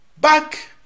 Back